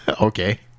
Okay